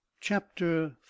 Chapter